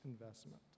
investment